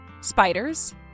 Spiders